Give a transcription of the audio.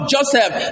Joseph